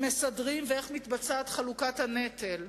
מסדרים ואיך מתבצעת חלוקת הנטל.